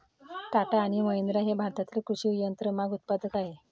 टाटा आणि महिंद्रा हे भारतातील कृषी यंत्रमाग उत्पादक आहेत